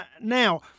Now